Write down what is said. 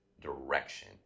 direction